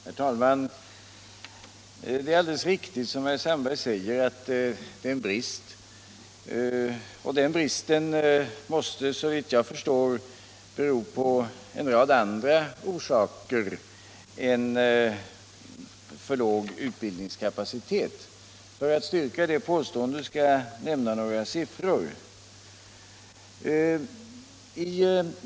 Herr talman! Det är alldeles riktigt som herr Sandberg säger, att vi har en bristsituation, och bristen på bussförare måste såvitt jag förstår bero på en rad andra omständigheter än för låg utbildningskapacitet. För att styrka det påståendet skall jag nämna några siffror.